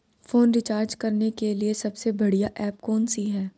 Phone recharge करने के लिए सबसे बढ़िया ऐप कौन सी है?